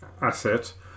asset